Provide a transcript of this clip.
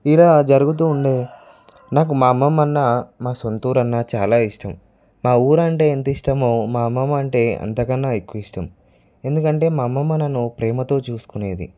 ఇలా జరుగుతూ ఉండే నాకు మా అమ్మమ్మన్న మా సొంతూరు అన్న చాలా ఇష్టం మా ఊరు అంటే ఎంత ఇష్టమో మా అమ్మమ్మంటే అంతకన్నా ఎక్కువ ఇష్టం ఎందుకంటే మా అమ్మమ్మ నన్ను ప్రేమతో చూసుకునేది